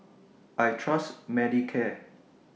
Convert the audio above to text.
I Trust Manicare